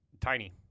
tiny